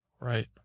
Right